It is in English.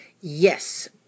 Yes